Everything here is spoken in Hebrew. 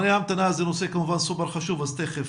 תוכל